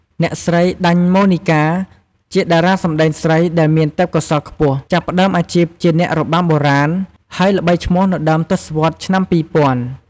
អ្នកស្រី ដាញ់ ម៉ូនីកាជាតារាសម្តែងស្រីដែលមានទេពកោសល្យខ្ពស់ ចាប់ផ្តើមអាជីពជាអ្នករបាំបុរាណ ហើយល្បីឈ្មោះនៅដើមទសវត្សរ៍ឆ្នាំ ២០០០។